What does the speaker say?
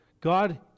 God